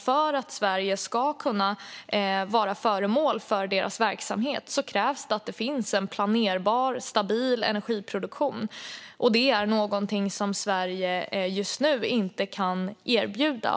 För att den ska kunna ske i Sverige krävs det att det finns en planerbar och stabil energiproduktion, men det är något som Sverige just nu inte kan erbjuda.